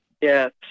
Yes